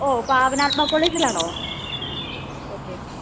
ഓ പാവനാത്മാ കോളേജിലാണോ okay okay